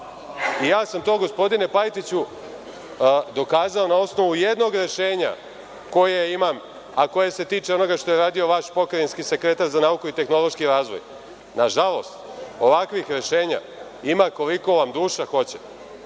Ja sam to, gospodine Pajtiću, dokazao na osnovu jednog rešenja koje imam, a koje se tiče onoga što je radio vaš pokrajinski sekretar za nauku i tehnološki razvoj. Nažalost, ovakvih rešenja ima koliko vam duša hoće